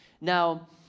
Now